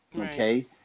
okay